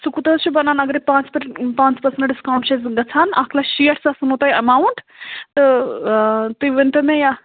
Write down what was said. سُہ کوٗتاہ حظ چھِ بنان اگر ہے پانٛژ پٮ۪ٹھٕ پانٛژھ پٔرسنٹ ڈِسکاوُنٛٹ چھِ گژھان اَکھ لَچھ شیٹھ ساس ووٚنوٕ توہہِ ایماوُنٛٹ تہٕ تُہۍ ؤنۍتَو مےٚ یہِ